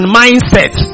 mindset